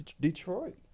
Detroit